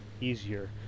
easier